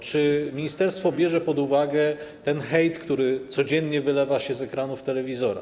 Czy ministerstwo bierze pod uwagę ten hejt, który codziennie wylewa się z ekranów telewizora?